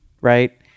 Right